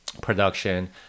production